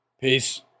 Peace